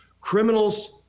Criminals